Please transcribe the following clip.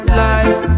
life